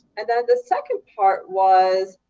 and then the second part was